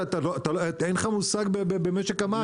אין לך מושג במשק המים.